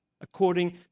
according